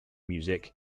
music